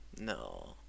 No